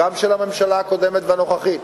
גם של הממשלה הקודמת ושל הנוכחית,